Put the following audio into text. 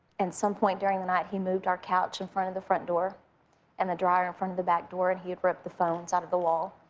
and some point during the night, he moved our couch in front of the front door and the dryer in front of the back door and he had ripped the phones out of the wall,